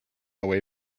away